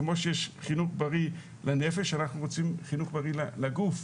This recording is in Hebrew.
כמו שיש חינוך בריא לנפש אנחנו רוצים חינוך בריא לגוף.